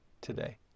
today